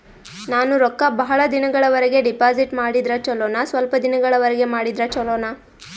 ನಾನು ರೊಕ್ಕ ಬಹಳ ದಿನಗಳವರೆಗೆ ಡಿಪಾಜಿಟ್ ಮಾಡಿದ್ರ ಚೊಲೋನ ಸ್ವಲ್ಪ ದಿನಗಳವರೆಗೆ ಮಾಡಿದ್ರಾ ಚೊಲೋನ?